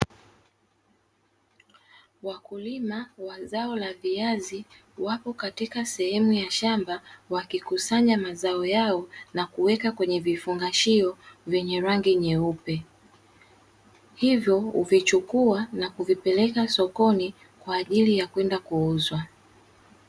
Wakulima wa zao la viazi wapo katika sehemu ya shamba wakikusanya mazao yao na kuweka kwenye vifungashio vyenye rangi nyeupe, hivyo huvichukuwa na kuvipeleka sokoni kwa ajili kwenda kuuzwa.